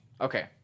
okay